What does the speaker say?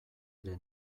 ere